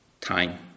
time